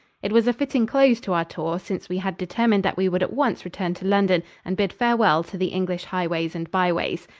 it was a fitting close to our tour, since we had determined that we would at once return to london and bid farewell to the english highways and byways.